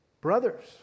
brothers